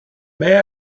may